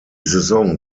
saison